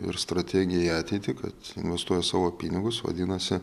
ir strategiją į ateitį kad investuoja savo pinigus vadinasi